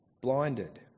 blinded